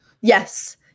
Yes